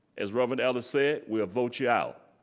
as robert ellis said, we'll vote you out.